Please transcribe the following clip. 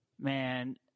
Man